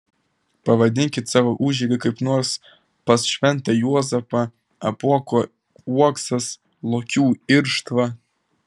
pavadinkit savo užeigą kaip nors pas šventą juozapą apuoko uoksas lokių irštva